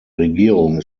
regierung